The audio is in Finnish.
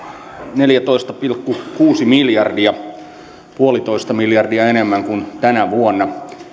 neljätoista pilkku kuusi miljardia yksi pilkku viisi miljardia enemmän kuin tänä vuonna